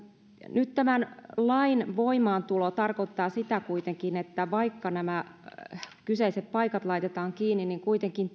nyt tämän lain voimaantulo tarkoittaa sitä että vaikka nämä kyseiset paikat laitetaan kiinni kuitenkin